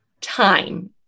time